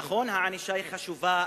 נכון שהענישה חשובה,